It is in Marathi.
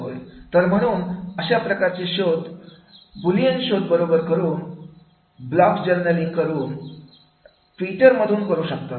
तर म्हणून अशा प्रकारचे शोध बुलियन शोध बरोबर करू शकतो ब्लॉग जर्नलिंग बरोबर करू शकतो ट्विटर मधून करू शकतो